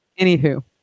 Anywho